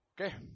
Okay